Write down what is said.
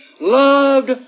loved